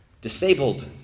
Disabled